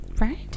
Right